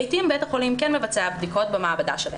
לעתים בית החולים כן מבצע בדיקות במעבדה שלו,